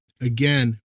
again